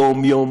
יום-יום,